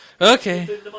Okay